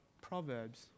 Proverbs